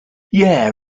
yeah